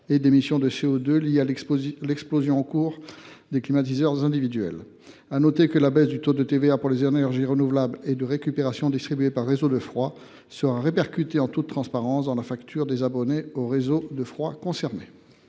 et de CO2 liées à l’explosion du recours aux climatiseurs individuels. Il est à noter que la baisse du taux de TVA pour les énergies renouvelables et de récupération distribuées par réseaux de froid serait répercutée en toute transparence sur la facture des abonnés aux réseaux de froid concernés.